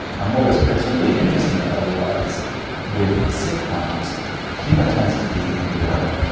and what was particularly interesting though was with sitcoms humour tends to be enduring.